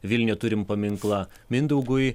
vilniuje turim paminklą mindaugui